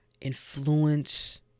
influence